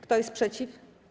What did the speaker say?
Kto jest przeciw?